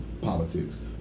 politics